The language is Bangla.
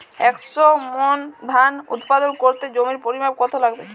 একশো মন ধান উৎপাদন করতে জমির পরিমাণ কত লাগবে?